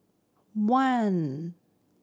one